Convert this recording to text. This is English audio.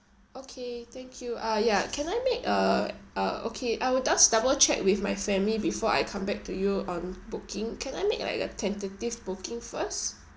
okay thank you uh ya can I make a a okay I will just double check with my family before I come back to you on booking can I make like a tentative booking first